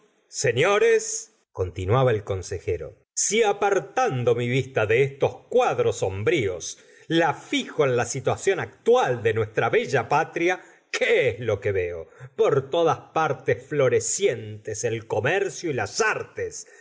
señores continuabla el consejero si apartando mi vista de esos cuadros sombríos la fijo en la situación actual de nuestra bella patria qué es lo que veo por todas partes florecientes el comercio y las artes